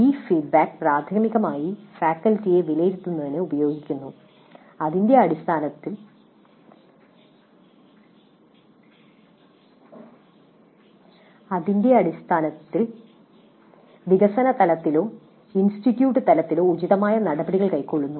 ഈ ഫീഡ്ബാക്ക് പ്രാഥമികമായി ഫാക്കൽറ്റിയെ വിലയിരുത്തുന്നതിന് ഉപയോഗിക്കുന്നു അതിന്റെ അടിസ്ഥാനത്തിൽ വികസന തലത്തിലോ ഇൻസ്റ്റിറ്റ്യൂട്ട് തലത്തിലോ ഉചിതമായ നടപടികൾ കൈക്കൊള്ളുന്നു